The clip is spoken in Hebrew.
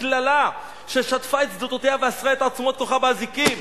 קללה ששדפה את שדותיה ואסרה את תעצומות כוחה באזיקים.